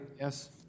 Yes